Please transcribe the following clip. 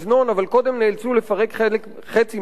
אבל קודם נאלצו לפרק חצי ממנו,